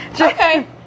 Okay